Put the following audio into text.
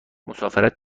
مسافرت